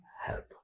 help